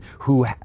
who-